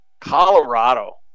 Colorado